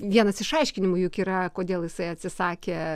vienas iš aiškinimų juk yra kodėl jisai atsisakė